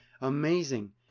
amazing